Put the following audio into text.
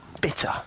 bitter